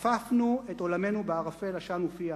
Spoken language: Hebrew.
"אפפנו את עולמנו בערפל עשן ופיח.